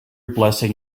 blessing